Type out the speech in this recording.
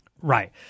Right